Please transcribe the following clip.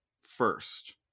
first